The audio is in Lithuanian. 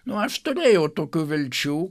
nu aš turėjau tokių vilčių